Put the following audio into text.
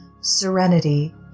serenity